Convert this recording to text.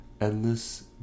Endless